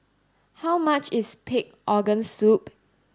how much is pig organ soup